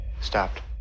Stopped